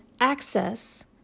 access